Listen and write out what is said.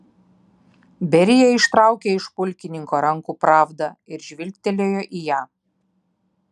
berija ištraukė iš pulkininko rankų pravdą ir žvilgtelėjo į ją